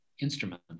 instrument